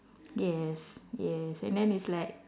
yes yes and then it's like